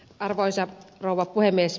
arvoisa rouva puhemies